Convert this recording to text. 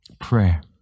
Prayer